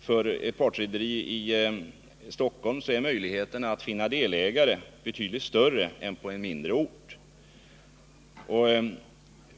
För ett partrederi i Stockholm är möjligheterna att finna delägare betydligt större än på en mindre ort.